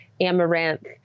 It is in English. amaranth